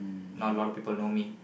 not a lot of people know me